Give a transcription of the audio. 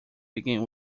began